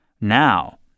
Now